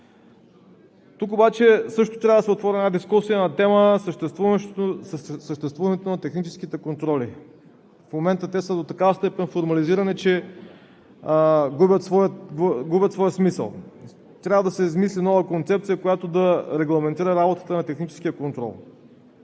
Тук обаче също трябва да се отвори една дискусия на тема съществуването на техническите контроли. В момента те са до такава степен формализирани, че губят своя смисъл. Трябва да се измисли нова концепция, която да регламентира работата на техническия контрол.